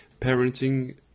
parenting